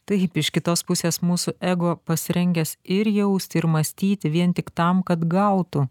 taip iš kitos pusės mūsų ego pasirengęs ir jausti ir mąstyti vien tik tam kad gautų